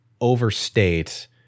overstate